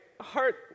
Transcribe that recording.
heart